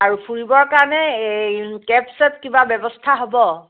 আৰু ফুৰিব কাৰণে এই কেব চেব কিবা ব্যৱস্থা হ'ব